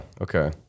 Okay